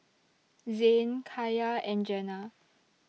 Zayne Kaia and Jenna